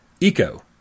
ECO